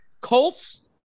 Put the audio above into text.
Colts